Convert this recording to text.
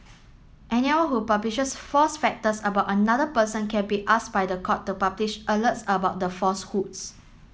anyone who publishes false factors about another person can be asked by the court to publish alerts about the falsehoods